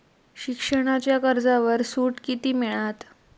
शिक्षणाच्या कर्जावर सूट किती मिळात?